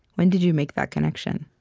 when did you make that connection?